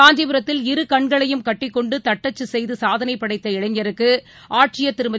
காஞ்சிபுரத்தில் கண்களையும் கட்டிக் கொண்டுதட்டச்சுசெய்துசாதனைபடைத்த இரு இளைஞருக்குஆட்சியர் திருமதி